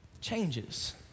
changes